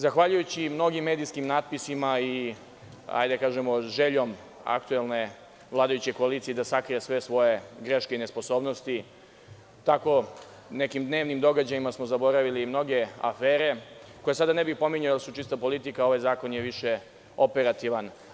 Zahvaljujući mnogim medijskim natpisima i željom aktuelne vladajuće koalicije da sakrije sve svoje greške i nesposobnosti, nekim dnevnim događajima smo zaboravili afere koje sada ne bih pominjao, jer su čista politika, a ovaj zakon je više operativan.